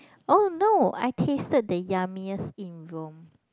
oh no I tasted the yummiest in Rome